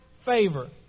favor